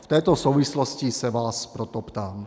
V této souvislosti se vás proto ptám.